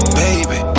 baby